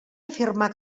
afirmar